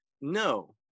no